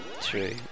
True